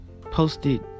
posted